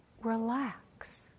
relax